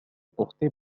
porté